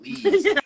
please